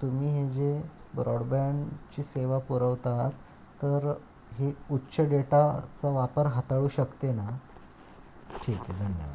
तुम्ही हे जे ब्रॉडबँडची सेवा पुरवत आहात तर हे उच्च डेटाचा वापर हाताळू शकते ना ठीक आहे धन्यवाद